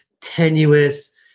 tenuous